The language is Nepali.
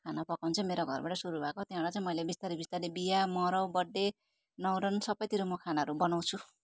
खाना पकाउनु चाहिँ मेरो घरबाटै सुरु भएको त्यहाँबाट चाहिँ मैले बिस्तारै बिस्तारै बिहा मरौ बर्थडे न्वारान सबैतिर म खानाहरू बनाउँछु